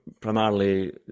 primarily